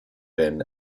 bin